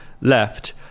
left